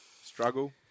Struggle